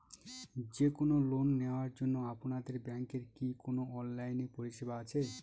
যে কোন লোন নেওয়ার জন্য আপনাদের ব্যাঙ্কের কি কোন অনলাইনে পরিষেবা আছে?